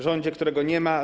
Rządzie, którego nie ma!